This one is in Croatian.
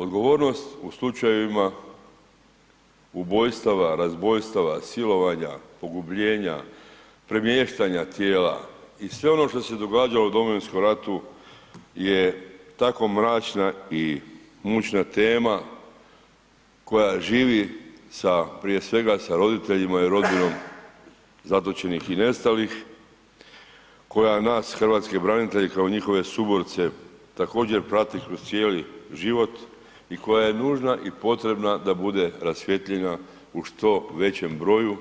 Odgovornost u slučajevima ubojstava, razbojstava, silovanja, pogubljenja, premještanja tijela i sve ono što se događalo u Domovinskom ratu je tako mračna i mučna tema koja živi sa, prije svega sa roditeljima i rodbinom zatočenih i nestalih, koja nas Hrvatske branitelje kao njihove suborce također prati kroz cijeli život i koja je nužna i potrebna da bude rasvijetljena u što većem broju